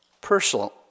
personal